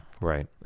right